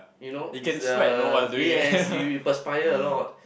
you know is the yes you perspire a lot